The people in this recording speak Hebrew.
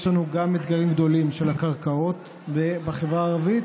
יש לנו גם אתגרים גדולים עם הקרקעות בחברה הערבית.